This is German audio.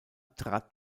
trat